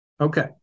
Okay